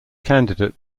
candidate